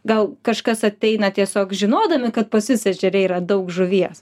gal kažkas ateina tiesiog žinodami kad pas jus ežere yra daug žuvies